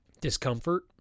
discomfort